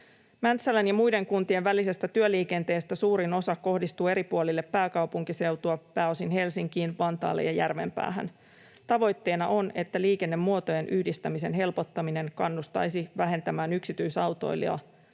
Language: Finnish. Mäntsälän ja muiden kuntien välisestä työliikenteestä suurin osa kohdistuu eri puolille pääkaupunkiseutua, pääosin Helsinkiin, Vantaalle ja Järvenpäähän. Tavoitteena on, että liikennemuotojen yhdistämisen helpottaminen kannustaisi vähentämään yksityisautoilua